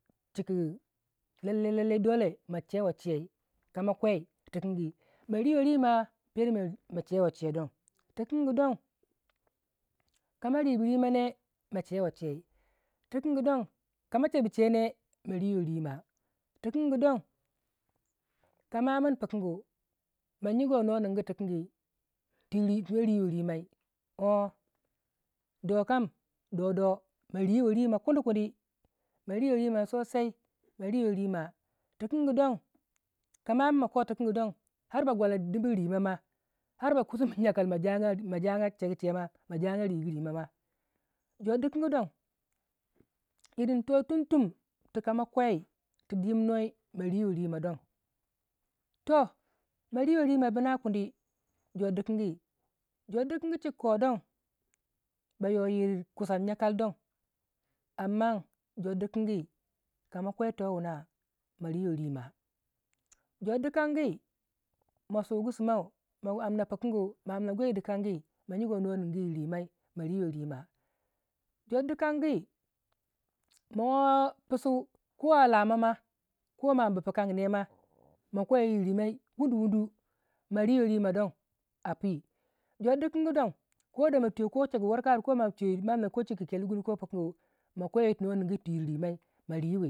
adaya dai ko dono yangyi ma nigya yir rimai ko ba koku ma am pikinku kapin ma shegun gachi ba yir rimai a'a yir rimai yir rimai kam yirri mai ka bai ninduwai buri no riwei rima moma ma riwai rima amman ba kobu ka ar pukingu bako ko mirgulai chika ko pisun wuna yitina ma yrrimai ninduwai burii kuma ma riwei rima don ma che wei che don tunuwa tina tinuwa tina tinuwa tina tina jyina jyina tina jyin jyina ma chegu ma somma ma somma perodon yir rimai yir rimai tina don wunu wunu ya tino